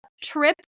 trip